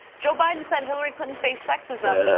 joe biden said hillary clinton faced sexism,